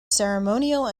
ceremonial